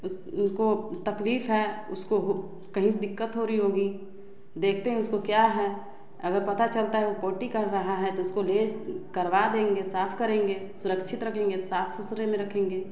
इसको तकलीफ है उसको कहीं दिक्कत हो रही होगी देखते हैं उसको क्या है अगर पता चलता है वो पॉटी कर रहा है तो उसको ले करवा देंगे साफ करेंगे सुरक्षित रखेंगे साफ सुथरे में रखेंगे